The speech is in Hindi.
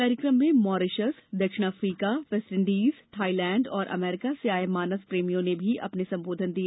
कार्यक्रम में मॉरीशस दक्षिण अफ्रीका वेस्टइंडीज थाईलैंड और अमेरिका से आए मानस प्रेमियों ने भी अपने उद्बोधन दिए